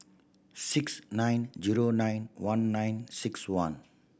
six nine zero nine one nine six one